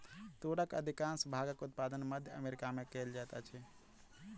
तूरक अधिकाँश भागक उत्पादन मध्य अमेरिका में कयल जाइत अछि